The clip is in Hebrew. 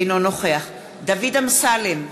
אינו נוכח דוד אמסלם,